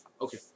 Okay